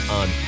on